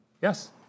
Yes